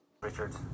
Richard